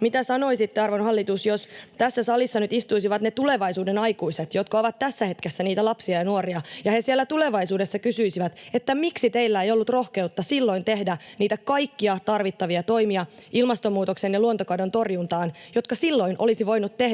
mitä sanoisitte, arvon hallitus, jos tässä salissa nyt istuisivat ne tulevaisuuden aikuiset, jotka ovat tässä hetkessä niitä lapsia ja nuoria, ja he siellä tulevaisuudessa kysyisivät, miksi teillä ei ollut rohkeutta silloin tehdä niitä kaikkia tarvittavia toimia ilmastonmuutoksen ja luontokadon torjuntaan, jotka silloin olisi voinut tehdä,